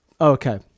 Okay